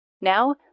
Now